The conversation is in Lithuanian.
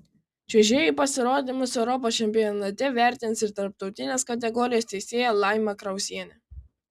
čiuožėjų pasirodymus europos čempionate vertins ir tarptautinės kategorijos teisėja laima krauzienė